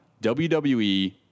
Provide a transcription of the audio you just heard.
wwe